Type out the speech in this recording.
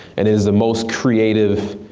and is the most creative,